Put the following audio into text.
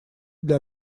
для